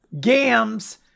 Gams